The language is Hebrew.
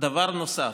דבר נוסף,